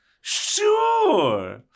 Sure